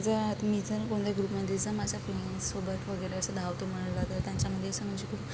जर आता मी जर कोणत्या ग्रुपमध्ये जर माझ्या फ्रेंडसोबत वगैरे असं धावतो म्हटलं तर त्यांच्यामध्ये असं म्हणजे खूप